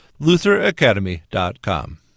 LutherAcademy.com